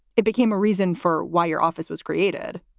it became a reason for why your office was created.